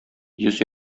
йөз